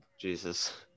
Jesus